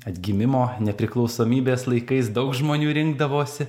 atgimimo nepriklausomybės laikais daug žmonių rinkdavosi